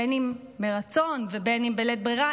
בין אם מרצון ובין אם בלית ברירה,